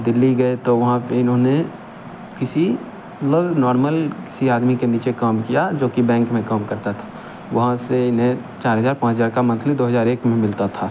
दिल्ली गए तो वहाँ पे इन्होंने किसी मतलब नॉर्मल किसी आदमी के नीचे काम किया जो कि बैंक में काम करता था वहाँ से इन्हें चार हजार पाँच हजार का मंथली दो हजार एक में मिलता था